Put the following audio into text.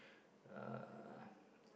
uh